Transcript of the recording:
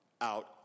out